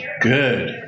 good